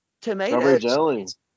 tomatoes